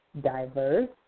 diverse